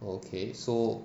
okay so